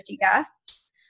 guests